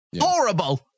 Horrible